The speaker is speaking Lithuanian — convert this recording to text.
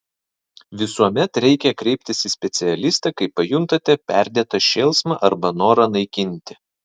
visuomet reikia kreiptis į specialistą kai pajuntate perdėtą šėlsmą arba norą naikinti